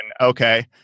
okay